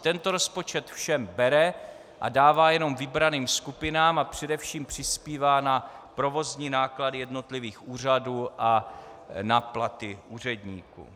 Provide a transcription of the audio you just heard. Tento rozpočet všem bere a dává jenom vybraným skupinám a především přispívá na provozní náklady jednotlivých úřadů a na platy úředníků.